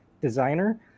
designer